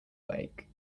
lake